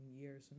years